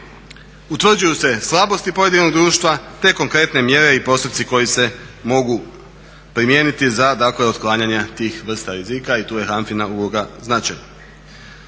Utvrđuju se slabosti pojedinog društva, te konkretne mjere i postupci koji se mogu primijeniti za dakle otklanjanja tih vrsta rizika i tu je HANFA-ina uloga značajna.